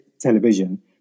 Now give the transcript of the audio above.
television